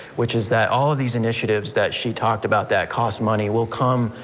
which is that all of these initiatives that she talked about that cost money will come.